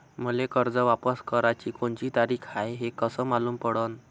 मले कर्ज वापस कराची कोनची तारीख हाय हे कस मालूम पडनं?